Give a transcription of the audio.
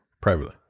privately